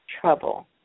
trouble